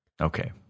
Okay